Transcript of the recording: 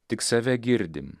tik save girdim